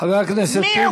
מי עוקר, חבר הכנסת טיבי,